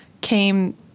came